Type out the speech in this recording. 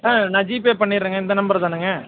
ஆ நான் ஜிபே பண்ணிடறேங்க இந்த நம்பர் தானேங்க